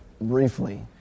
briefly